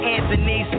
Anthony